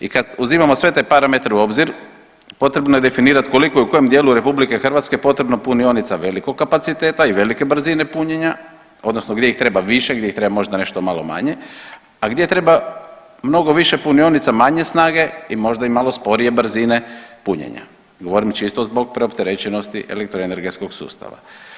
I kad uzimamo sve te parametre u obzir potrebno je definirat koliko je u kojem dijelu RH potrebno punionica velikog kapaciteta i velike brzine punjenja odnosno gdje ih treba više, gdje ih treba možda nešto malo manje, a gdje treba mnogo više punionica manje snage i možda i malo sporije brzine punjenja, govorimo čisto zbog preopterećenosti elektroenergetskog sustava.